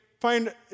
find